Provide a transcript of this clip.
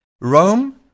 Rome